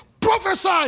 Prophesy